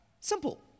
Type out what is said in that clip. simple